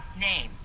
name